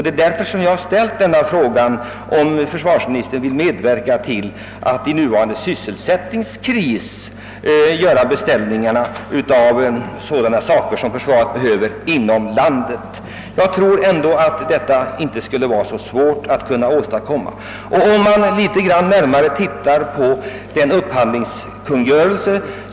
Detta är anledningen till att jag ställt min fråga om försvarsministern vill medverka till att i nuvarande sysselsättningskris placera beställningarna för försvaret inom landet. Jag tror ändå att detta inte skulle vara svårt att genomföra. Detta bekräftas också av bestämmelserna i den statliga upphandlingskungörelsen.